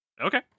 Okay